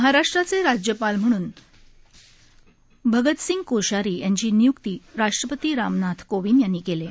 महाराष्ट्राचे राज्यपाल म्हणून अगतसिंग कोश्यारी यांची नियुक्ती राष्ट्रपती रामनाथ कोविंद यांनी केली आहे